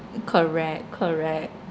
correct correct